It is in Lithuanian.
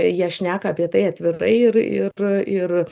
jie šneka apie tai atvirai ir ir ir